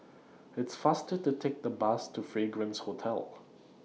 It's faster to Take The Bus to Fragrance Hotel